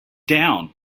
down